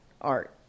art